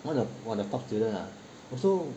one of the top students lah also